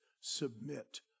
submit